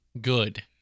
Good